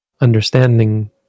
understanding